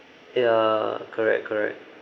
ya correct correct